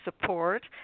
support